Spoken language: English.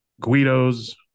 Guido's